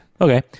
Okay